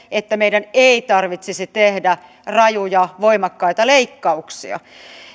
että meidän ei tarvitsisi tehdä rajuja voimakkaita leikkauksia